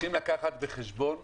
לקחת בחשבון